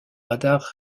radar